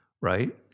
right